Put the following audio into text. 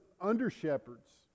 under-shepherds